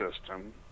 system